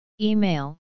Email